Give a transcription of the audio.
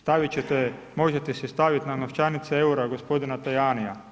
Staviti ćete, možete si staviti na novčanicu eura gospodina Tajanija.